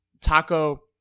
Taco